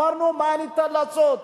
אמרנו, מה ניתן לעשות.